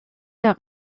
der